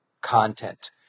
content